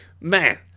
Man